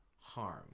harm